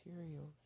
materials